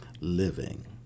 living